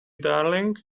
darling